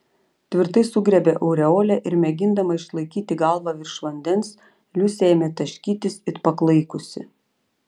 tvirtai sugriebė aureolę ir mėgindama išlaikyti galvą virš vandens liusė ėmė taškytis it paklaikusi